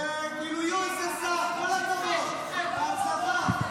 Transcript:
זה כאילו USSR. תרמי את שכר הדירה שלך